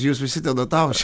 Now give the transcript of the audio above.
jūs visi ten ataušę